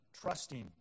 trusting